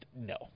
No